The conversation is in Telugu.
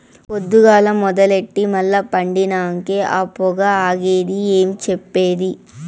పొద్దుగాల మొదలెట్టి మల్ల పండినంకే ఆ పొగ ఆగేది ఏం చెప్పేది